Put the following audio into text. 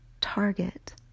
target